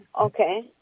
okay